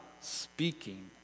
speaking